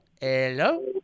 Hello